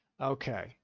okay